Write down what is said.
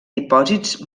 dipòsits